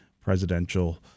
presidential